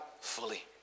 fully